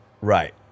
right